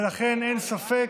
ולכן, אין ספק,